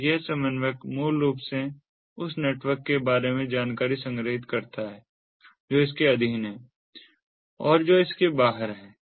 तो यह समन्वयक मूल रूप से उस नेटवर्क के बारे में जानकारी संग्रहीत करता है जो इसके अधीन है और जो इसके बाहर है